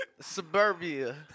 Suburbia